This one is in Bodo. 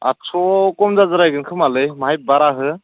आदस' खम जागोन खोमालै बाहाय बारा हो